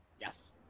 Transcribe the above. Yes